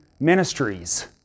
ministries